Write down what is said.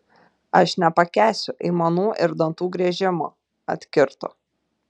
aš nepakęsiu aimanų ir dantų griežimo atkirto